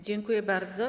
Dziękuję bardzo.